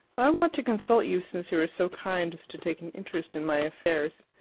i want to consult you since you are so kind as to take an interest in my affairs.